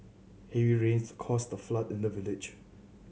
heavy rains caused a flood in the village